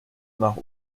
nach